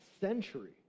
century